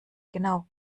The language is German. genau